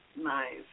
Nice